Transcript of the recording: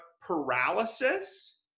paralysis